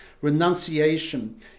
renunciation